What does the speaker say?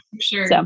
Sure